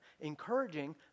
Encouraging